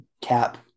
cap